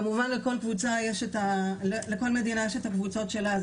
כמובן לכל מדינה יש את הקבוצות שלה,